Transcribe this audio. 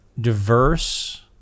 diverse